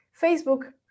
facebook